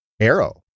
Arrow